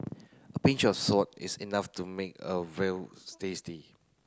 a pinch of salt is enough to make a veal tasty